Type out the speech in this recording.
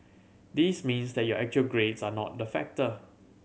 this means that your actual grades are not the factor